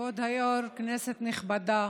כבוד היו"ר, כנסת נכבדה,